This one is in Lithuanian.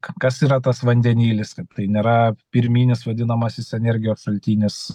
kas yra tas vandenilis kad tai nėra pirminis vadinamasis energijos šaltinis